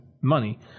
money